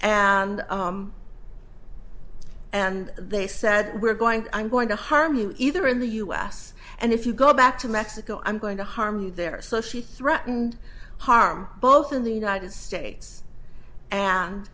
and and they said we're going to i'm going to harm you either in the u s and if you go back to mexico i'm going to harm you there so she threatened harm both in the united states and